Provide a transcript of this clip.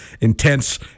intense